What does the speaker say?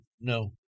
no